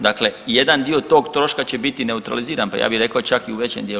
Dakle, jedan dio tog troška će biti neutraliziran, pa ja bih rekao čak i u većem dijelu.